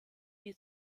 die